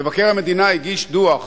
מבקר המדינה הגיש דוח